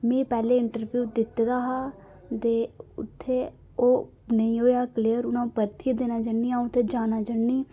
में पैह्ले इंटरब्यू दित्ता दा हा ते उत्थै ओह् नेईं होआ क्लियर उनें हून परतियै देना चाह्न्नीं आं अ'ऊं उत्थै जाना चाह्न्नीं